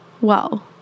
Wow